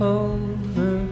over